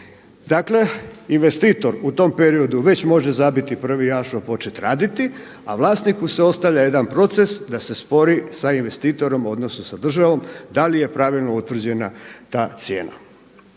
Dakle, investitor u tom periodu već može zabiti prvi ašov početi raditi, a vlasniku se ostavlja jedan proces da se spori sa investitorom odnosno sa državom da li je pravilno utvrđena ta cijena.